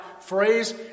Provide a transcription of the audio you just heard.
phrase